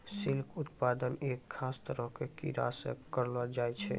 silk उत्पादन एक खास तरह के कीड़ा सॅ करलो जाय छै